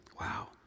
Wow